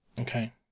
Okay